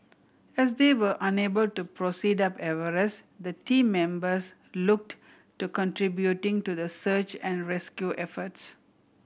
as they were unable to proceed up Everest the team members looked to contributing to the search and rescue efforts